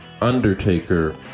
Undertaker